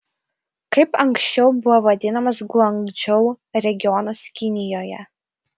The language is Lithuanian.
kaip anksčiau buvo vadinamas guangdžou regionas kinijoje